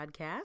Podcast